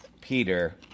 peter